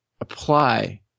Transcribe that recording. apply